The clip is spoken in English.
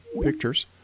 pictures